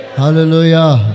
hallelujah